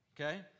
Okay